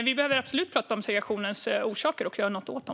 Vi behöver absolut prata om segregationens orsaker och göra något åt dem.